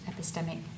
epistemic